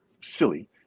silly